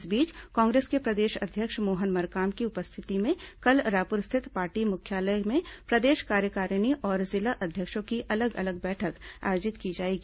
इस बीच कांग्रेस के प्रदेश अध्यक्ष मोहन मरकाम की उपस्थिति में कल रायपुर स्थित पार्टी मुख्यालय में प्रदेश कार्यकारिणी और जिला अध्यक्षों की अलग अलग बैठक आयोजित की जाएगी